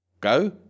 Go